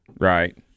Right